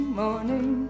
morning